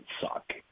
suck